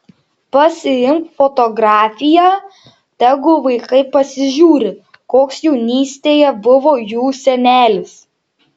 pasiimk fotografiją tegu vaikai pasižiūri koks jaunystėje buvo jų senelis